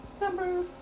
number